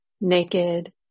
naked